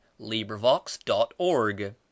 librivox.org